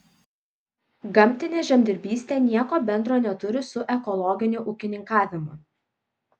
gamtinė žemdirbystė nieko bendro neturi su ekologiniu ūkininkavimu